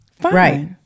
right